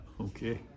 okay